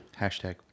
Hashtag